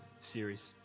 series